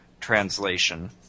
translation